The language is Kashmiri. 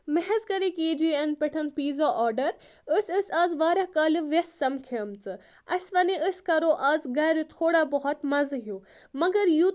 مےٚ حٕظ کَرے کے جی اؠن پؠٹھ پیٖزا آرڈَر أسۍ ٲسۍ اَز واریاہ کالہِ ویٚس سَمکھؠمژٕ اَسہِ وَنے أسۍ کَرو اَز گَرِ تھوڑا بہت مَزٕ ہیوٗ مَگر یُتھ